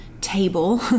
table